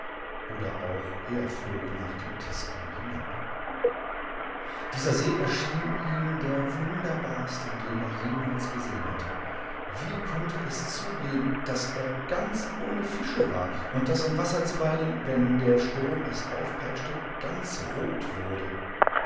oder auch er flog nach dem tisken hinab dieser see erschien ihm der wunderbarste den er jemals gesehen hatte wie konnte es zugehen daß er ganz ohne fische war und daß sein wasser zuweilen wenn der sturm es aufpeitschte ganz rot wurde